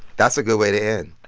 that's a good way to end.